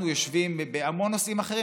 אנחנו יושבים בהמון נושאים אחרים.